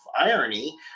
irony